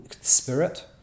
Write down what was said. Spirit